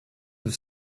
have